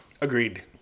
Agreed